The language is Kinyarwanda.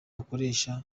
akoresha